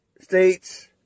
States